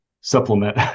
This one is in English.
supplement